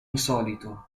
insolito